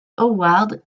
howard